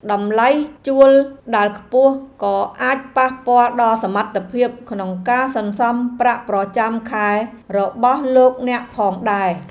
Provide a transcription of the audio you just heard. តម្លៃជួលដែលខ្ពស់ក៏អាចប៉ះពាល់ដល់សមត្ថភាពក្នុងការសន្សំប្រាក់ប្រចាំខែរបស់លោកអ្នកផងដែរ។